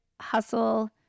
Hustle